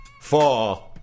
four